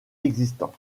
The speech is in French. existants